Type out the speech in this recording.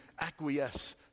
acquiesce